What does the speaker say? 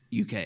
UK